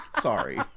sorry